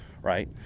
right